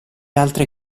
altre